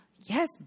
yes